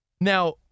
Now